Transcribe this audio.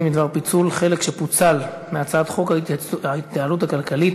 בדבר פיצול חלק שפוצל מהצעת חוק ההתייעלות הכלכלית